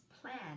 plan